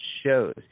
shows